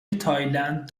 تایلند